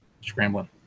scrambling